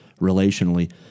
Relationally